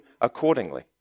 accordingly